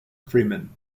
freeman